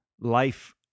life